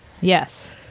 Yes